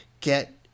get